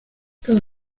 cada